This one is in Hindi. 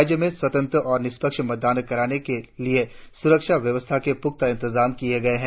राज्य में स्वतंत्र और निष्पक्ष मतदान कराने के लिए सुरक्षा व्यवस्था के पुख्ता इंतजाम किये गये है